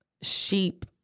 sheep